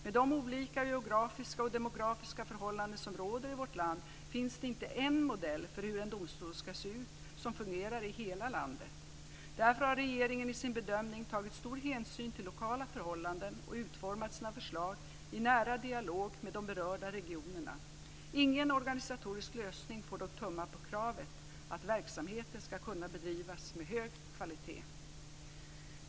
Med de olika geografiska och demografiska förhållanden som råder i vårt land finns det inte en modell för hur en domstol ska se ut som fungerar i hela landet. Därför har regeringen i sin bedömning tagit stor hänsyn till lokala förhållanden och utformat sina förslag i nära dialog med de berörda regionerna. Ingen organisatorisk lösning får dock tumma på kravet att verksamheten ska kunna bedrivas med hög kvalitet.